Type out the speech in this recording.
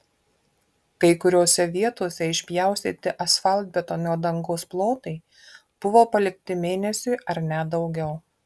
kai kuriose vietose išpjaustyti asfaltbetonio dangos plotai buvo palikti mėnesiui ar net daugiau